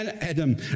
Adam